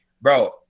Bro